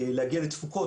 להגיע לתפוקות,